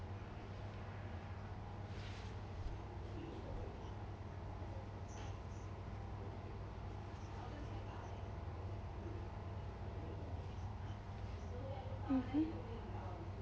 mmhmm